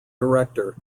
director